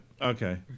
Okay